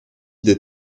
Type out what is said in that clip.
des